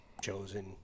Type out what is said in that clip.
chosen